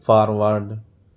forward